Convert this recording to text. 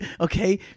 Okay